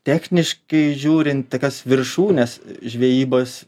techniškai žiūrint tokios viršūnės žvejybos